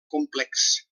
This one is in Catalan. complex